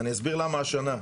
אני אסביר למה השנה.